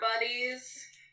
buddies